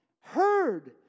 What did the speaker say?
heard